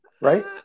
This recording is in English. Right